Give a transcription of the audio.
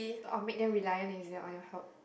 or make them reliant is it on your help